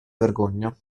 vergogna